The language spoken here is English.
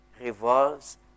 revolves